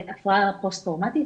הפרעה פוסט-טראומטית,